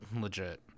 legit